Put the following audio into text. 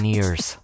Years